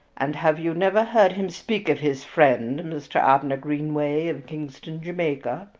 and have you never heard him speak of his friend mr. abner greenway, of kingston, jamaica?